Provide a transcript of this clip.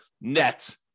net